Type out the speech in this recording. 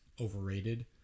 overrated